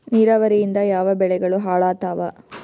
ನಿರಾವರಿಯಿಂದ ಯಾವ ಬೆಳೆಗಳು ಹಾಳಾತ್ತಾವ?